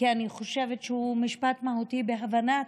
כי אני חושבת שהוא משפט מהותי בהבנת